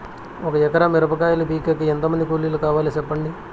ఒక ఎకరా మిరప కాయలు పీకేకి ఎంత మంది కూలీలు కావాలి? సెప్పండి?